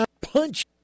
punch